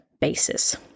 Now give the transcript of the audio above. basis